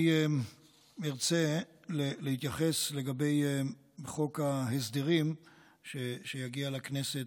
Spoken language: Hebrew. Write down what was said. אני רוצה להתייחס, לגבי חוק ההסדרים שיגיע לכנסת